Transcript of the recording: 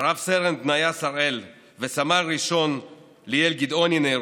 רב-סרן בניה שראל וסמל ראשון ליאל גדעוני נהרגו.